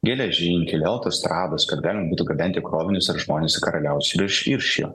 geležinkelio autostrados kad galima būtų gabenti krovinius ar žmones į karaliaučių ir iš iš jo